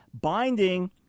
binding